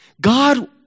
God